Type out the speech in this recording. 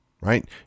right